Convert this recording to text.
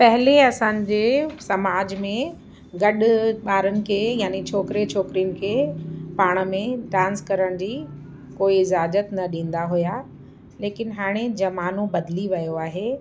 पहिले असांजे समाज में गॾु ॿारनि खे यानी छोकिरे छोकिरियुनि खे पाण में डांस करण जी कोई इजाज़त न ॾींदा हुया लेकिन हाणे ज़मानो बदिली वियो आहे